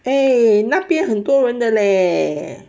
对那边很多人的嘞